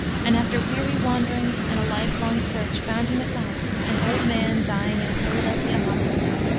and after weary wanderings and a life-long search found him at last, an old man dying in a philadelphia hospital,